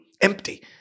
empty